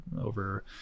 over